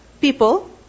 people